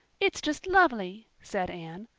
it's just lovely, said anne.